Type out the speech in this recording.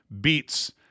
beats